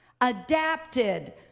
adapted